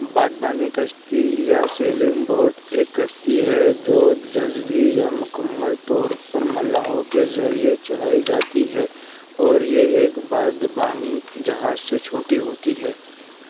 بادبانی کشتی یا sailing boat ایک کشتی ہے جو جزوی یا مکمل طور پر ملاحوں کے ذریعے چلائی جاتی ہے اور یہ ایک بادبانی جہاز سے چھوٹی ہوتی ہے